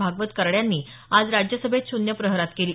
भागवत कराड यांनी आज राज्यसभेत शून्य प्रहरात केली